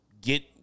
get